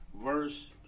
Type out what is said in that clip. Verse